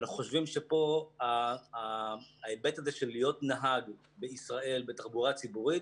אנחנו חושבים שפה ההיבט הזה של להיות נהג בישראל בתחבורה ציבורית,